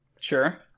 Sure